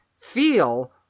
feel